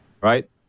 right